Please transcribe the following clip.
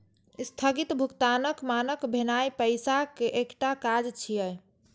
स्थगित भुगतानक मानक भेनाय पैसाक एकटा काज छियै